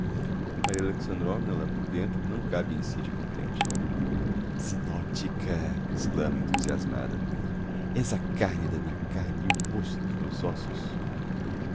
maria alexandrovna lá por dentro não cabe em si de contente zinotchka exclama enthusiasmada és a carne da minha carne e o osso dos meus óssos